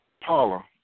Paula